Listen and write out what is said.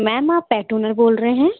ma'am आप pet owner बोल रहें